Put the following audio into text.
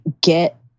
get